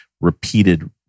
repeated